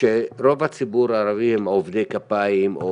שרוב הציבור הערבי הם עובדי כפיים או